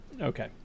Okay